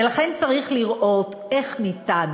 ולכן צריך לראות איך ניתן